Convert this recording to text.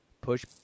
push